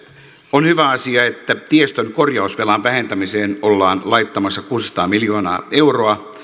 on hyvä asia että tiestön korjausvelan vähentämiseen ollaan laittamassa kuusisataa miljoonaa euroa